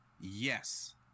yes